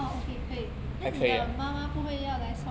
orh okay 可以 then 你的妈妈不会要来送